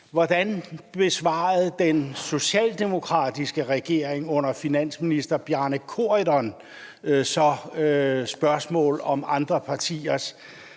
hvordan den socialdemokratiske regering og finansminister Bjarne Corydon besvarede spørgsmål om andre partiers